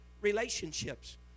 relationships